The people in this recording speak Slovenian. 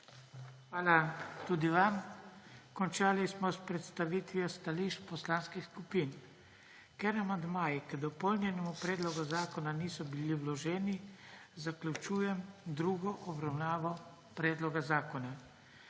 Hvala tudi vam. Končali smo s predstavitvijo stališč poslanskih skupin. Ker amandmaji k dopolnjenemu predlogu zakonu niso bili vloženi, zaključujem drugo obravnavo predloga zakona.